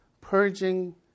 purging